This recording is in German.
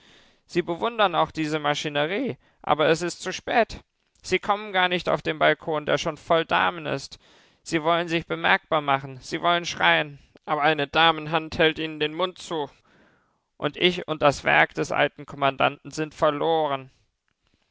sie bewundern auch diese maschinerie aber es ist zu spät sie kommen gar nicht auf den balkon der schon voll damen ist sie wollen sich bemerkbar machen sie wollen schreien aber eine damenhand hält ihnen den mund zu und ich und das werk des alten kommandanten sind verloren